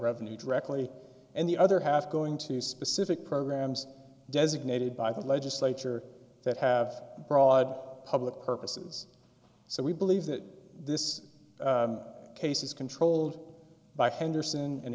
revenue directly and the other half going to specific programs designated by the legislature that have broad public purposes so we believe that this case is controlled by henderson and